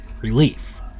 relief